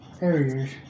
areas